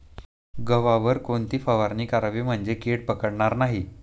गव्हावर कोणती फवारणी करावी म्हणजे कीड पडणार नाही?